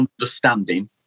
understanding